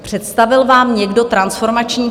Představil vám někdo transformační plán?